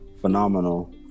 Phenomenal